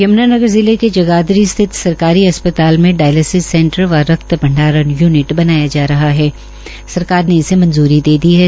यम्नानगर जिले के जगाधरी सिथत सरकारी अस्पताल में डायलसिस सें र व रक्त भंडारण यूनि बनाया जा रहा ह सरकार ने इसे मंजूरी दे दी हा